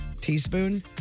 teaspoon